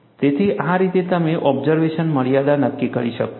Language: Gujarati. તેથી આ રીતે તમે ઓબ્ઝર્વેશન મર્યાદા નક્કી કરી શકશો